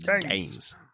games